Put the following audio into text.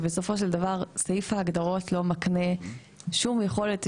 שבסופו של דבר סעיף ההגדרות לא מקנה שום יכולת,